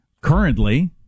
Currently